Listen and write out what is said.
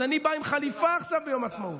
אז אני בא עם חליפה עכשיו ביום העצמאות,